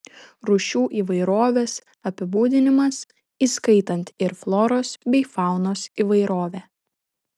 rūšių įvairovės apibūdinimas įskaitant ir floros bei faunos įvairovę